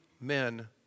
men